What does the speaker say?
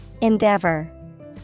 Endeavor